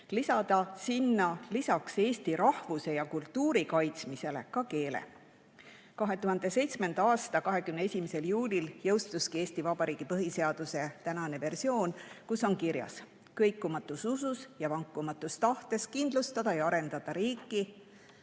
lisada sinna lisaks eesti rahvuse ja kultuuri kaitsmisele ka keele. 2007. aasta 21. juulil jõustuski Eesti Vabariigi põhiseaduse praegune versioon, kus on kirjas: "Kõikumatus usus ja vankumatus tahtes kindlustada ja arendada riiki